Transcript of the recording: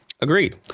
Agreed